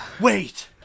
Wait